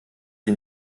sie